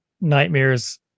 nightmares